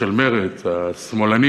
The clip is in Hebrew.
או של מרצ השמאלנית,